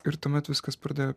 ir tuomet viskas pradėjo